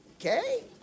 Okay